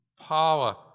power